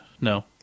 No